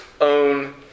own